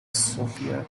sophia